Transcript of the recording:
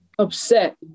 Upset